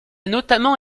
notamment